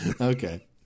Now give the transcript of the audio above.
Okay